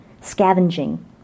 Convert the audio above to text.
scavenging